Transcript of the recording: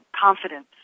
confidence